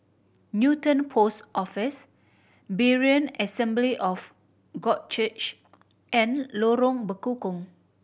Newton Post Office Berean Assembly of God Church and Lorong Bekukong